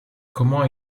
comment